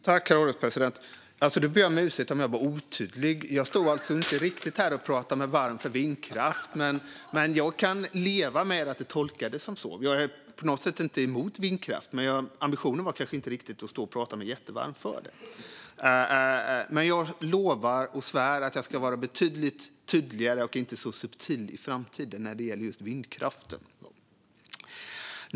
Herr ålderspresident! Jag ber om ursäkt om jag var otydlig. Jag står inte riktigt här och pratar mig varm för vindkraft, men jag kan leva med att det tolkades så. Jag är inte emot vindkraft, men ambitionen var kanske inte riktigt att prata mig varm för den. Jag lovar och svär att jag ska vara betydligt tydligare och inte så subtil i framtiden när det gäller just vindkraften.